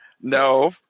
No